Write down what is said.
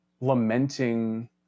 lamenting